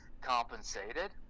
compensated